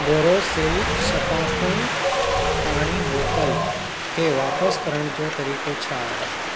बोरोसिल शफ़ाफ़ु पाणी बोतल खे वापसि करण जो तरीक़ो छा आहे